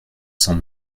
cents